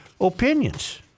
opinions